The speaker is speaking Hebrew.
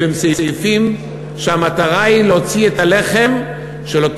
אלה הם סעיפים שהמטרה היא להוציא את הלחם של אותו